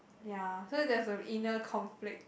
ya so there's a inner conflict